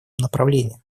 направлении